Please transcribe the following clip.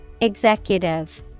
Executive